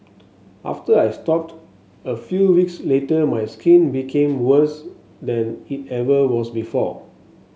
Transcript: after I stopped a few weeks later my skin became worse than it ever was before